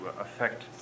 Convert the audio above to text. affect